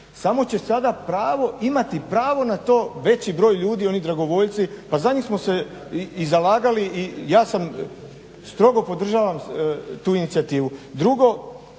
Samo će sada pravo imati pravo na to veći broj ljudi, oni dragovoljci, pa za njih smo se i zalagali i ja sam strogo podržavam tu inicijativu.